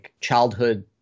childhood